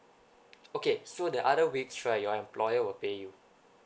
okay so the other weeks right your employer will pay you